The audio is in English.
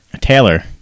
taylor